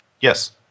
Yes